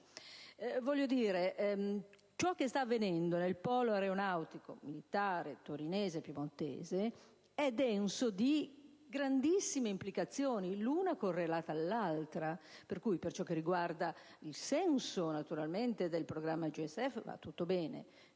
Ciò che sta avvenendo nel polo aeronautico militare torinese e piemontese, è denso di grandissime implicazioni, l'una correlata all'altra. Per ciò che riguarda il senso del programma JSF, va tutto bene,